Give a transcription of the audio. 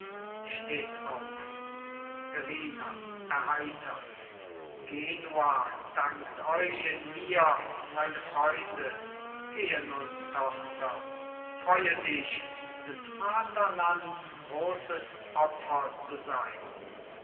steht auf verrina erheitert genua dankt euch in mir meine freunde gehe nun tochter freue dich des vaterlands großes opfer zu sein